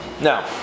now